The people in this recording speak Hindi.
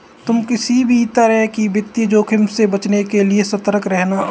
तुम किसी भी तरह के वित्तीय जोखिम से बचने के लिए सतर्क रहना